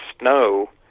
Snow